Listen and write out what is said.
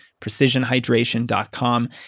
precisionhydration.com